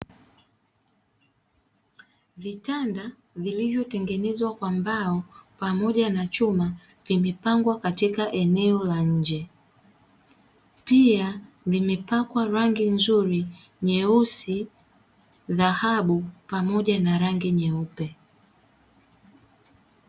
Vitanda vilivyotengenezwa kwa mbao pamoja na chuma vimepangwa katika eneo la nje. Pia vimepakwa rangi nzuri nyeusi na dhahabu pamoja na rangi nyeupe.